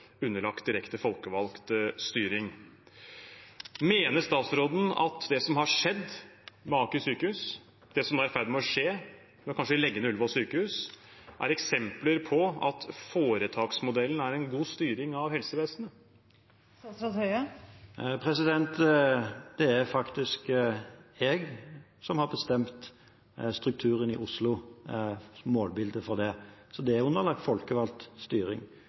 underlagt direkte folkevalgt styring. Mener statsråden at det som har skjedd ved Aker sykehus, og det som nå er i ferd med å skje, med nedlegging av Ullevål sykehus, er eksempler på at foretaksmodellen er en god styring av helsevesenet? Det er faktisk jeg som har bestemt strukturen i Oslo – målbildet for det. Så det er underlagt folkevalgt styring.